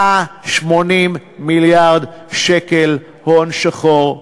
180 מיליארד שקל הון שחור.